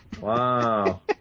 Wow